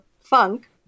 funk